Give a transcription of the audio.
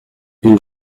une